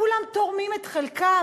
כולם תורמים את חלקם.